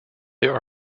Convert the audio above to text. there